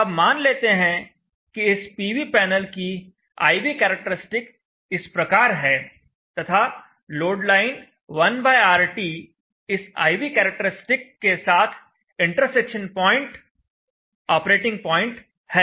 अब मान लेते हैं कि इस पीवी पैनल की I V कैरेक्टरिस्टिक इस प्रकार है तथा लोड लाइन 1RT का इस I V कैरेक्टरिस्टिक के साथ इंटरसेक्शन पॉइंट ऑपरेटिंग पॉइंट है